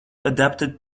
adapted